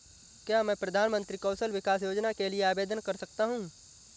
क्या मैं प्रधानमंत्री कौशल विकास योजना के लिए आवेदन कर सकता हूँ?